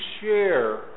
share